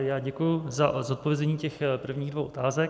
Já děkuji za zodpovězení prvních dvou otázek.